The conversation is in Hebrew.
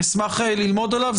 אשמח ללמוד עליו.